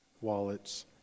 wallets